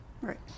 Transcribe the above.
Right